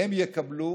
יקבלו